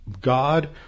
God